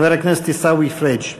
חבר הכנסת עיסאווי פריג'.